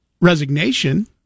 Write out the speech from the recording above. resignation